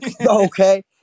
Okay